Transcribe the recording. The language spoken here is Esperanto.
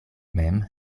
mem